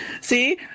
See